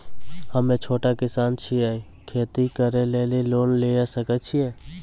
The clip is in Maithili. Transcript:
हम्मे छोटा किसान छियै, खेती करे लेली लोन लिये सकय छियै?